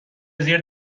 زیر